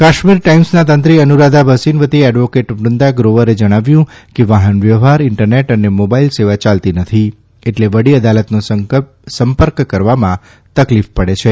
કાશ્મીર ટાઇમ્સના તંત્રી અનુરાધા ભસીન વતી એડવોકેટ વૃંદા ગ્રોવરે જણાવ્યું કે વાહનવ્યવહાર ઇન્ટરનેટ અને મોબાઇલ સેવા યાલતી નથી એટલે વડી અદાલતનો સંપર્ક કરવામાં તકલીફ પડે છે